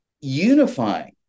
unifying